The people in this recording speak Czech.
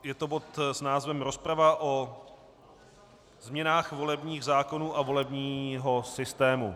Je to bod s názvem Rozprava o změnách volebních zákonů a volebního systému.